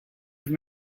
have